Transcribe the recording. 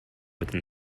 within